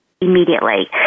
immediately